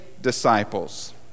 disciples